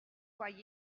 foyers